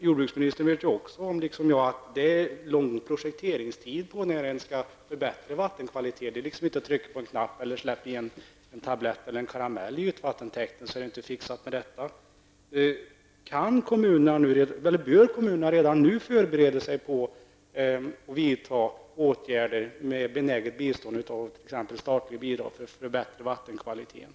Jordbruksministern känner liksom jag också till att det är lång projekteringstid när man skall förbättra vattenkvalitet. Det går inte att ordna genom att trycka på en knapp eller genom att släppa ner en tablett eller karamell i en ytvattentäkt. Bör kommunerna redan nu förbereda sig på att vidta åtgärder, med benäget bistånd av t.ex. statliga bidrag, för att förbättra vattenkvaliteten?